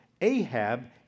Ahab